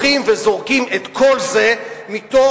וזורקים את כל זה מתוך,